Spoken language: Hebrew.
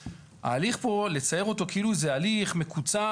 ההליך פה לצייר אותו כאילו זה הליך מקוצר,